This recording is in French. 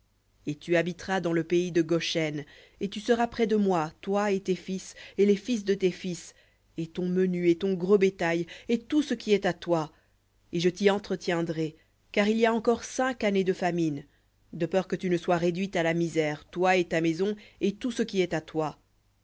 et tu habiteras dans le pays de goshen et tu seras près de moi toi et tes fils et les fils de tes fils et ton menu et ton gros bétail et tout ce qui est à toi et je t'y entretiendrai car il y a encore cinq années de famine de peur que tu ne sois réduit à la misère toi et ta maison et tout ce qui est à toi